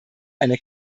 eine